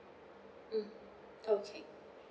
mm okay